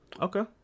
Okay